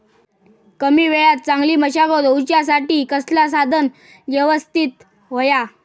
कमी वेळात चांगली मशागत होऊच्यासाठी कसला साधन यवस्तित होया?